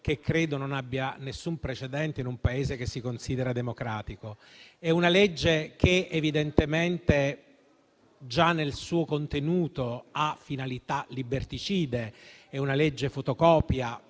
che credo non abbia alcun precedente in un Paese che si consideri democratico. È una legge che evidentemente già nel suo contenuto ha finalità liberticide. È una legge fotocopia